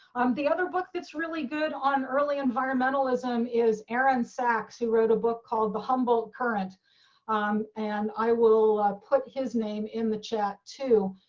um the other book that's really good on early environmentalism is aaron sacks, who wrote a book called the humble current and i will put his name in the chat, too.